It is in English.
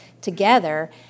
together